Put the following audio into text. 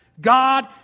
God